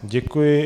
Děkuji.